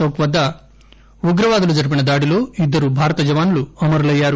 చౌక్ వద్ద ఉగ్రవాదులు జరిపిన దాడిలో ఇద్దరు భారత జవాన్లు అమరులయ్యారు